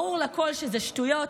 ברור לכול שזה שטויות